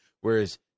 Whereas